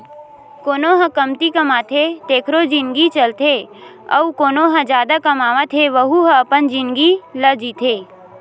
कोनो ह कमती कमाथे तेखरो जिनगी चलथे अउ कोना ह जादा कमावत हे वहूँ ह अपन जिनगी ल जीथे